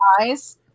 eyes